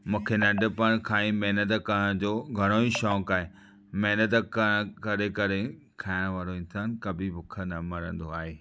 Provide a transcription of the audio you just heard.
मूंखे नंढपण खां ई महिनत करण जो घणो ई शौक़ु आहे महिनत करणु करे करे खाइण वारो इंसान कभी भुखो न मरंदो आहे